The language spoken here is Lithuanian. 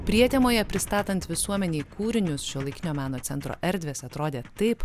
prietemoje pristatant visuomenei kūrinius šiuolaikinio meno centro erdvės atrodė taip